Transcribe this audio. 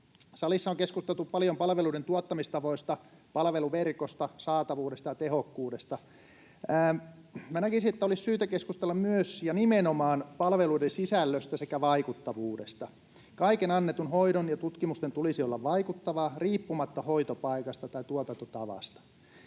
Salissa on keskusteltu paljon palveluiden tuottamistavoista, palveluverkosta, saatavuudesta ja tehokkuudesta. Minä näkisin, että olisi syytä keskustella myös ja nimenomaan palveluiden sisällöstä sekä vaikuttavuudesta. Kaiken annetun hoidon ja tutkimusten tulisi olla vaikuttavaa riippumatta hoitopaikasta tai tuotantotavasta.